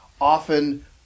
Often